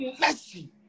mercy